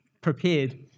prepared